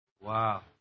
Wow